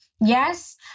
Yes